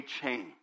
change